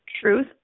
truth